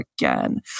again